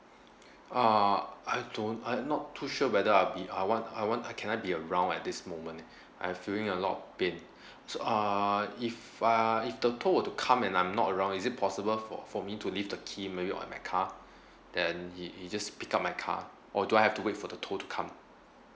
uh I don't I'm not too sure whether I'll be I want I want uh can I be around at this moment I feeling a lot pain so uh if I if the tow were to come and I'm not around is it possible for for me to leave the key maybe on my car then he he just pick up my car or do I have to wait for the tow to come